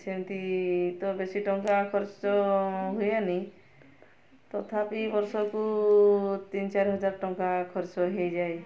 ସେମିତି ତ ବେଶୀ ଟଙ୍କା ଖର୍ଚ୍ଚ ହୁଏନି ତଥାପି ବର୍ଷକୁ ତିନି ଚାରି ହଜାର ଟଙ୍କା ଖର୍ଚ୍ଚ ହୋଇଯାଏ